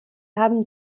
haben